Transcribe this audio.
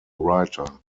writer